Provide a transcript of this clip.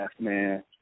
man